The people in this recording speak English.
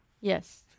Yes